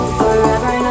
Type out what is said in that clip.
forever